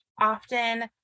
Often